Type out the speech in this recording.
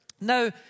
Now